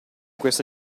questa